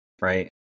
Right